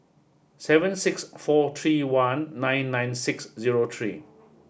seven six four three one nine nine six zero three